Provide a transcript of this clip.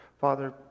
Father